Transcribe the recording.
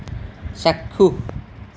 চাক্ষুষ